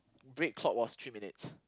break called was three minutes